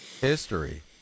History